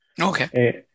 Okay